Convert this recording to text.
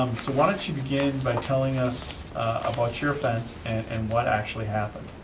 um so why don't you begin by telling us about your offense and what actually happened?